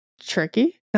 Tricky